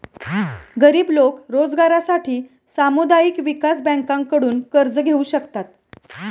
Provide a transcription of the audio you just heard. गरीब लोक रोजगारासाठी सामुदायिक विकास बँकांकडून कर्ज घेऊ शकतात